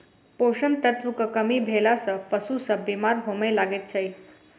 पोषण तत्वक कमी भेला सॅ पशु सभ बीमार होमय लागैत छै